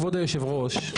כבוד היושב ראש,